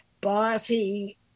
bossy